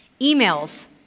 emails